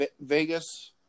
Vegas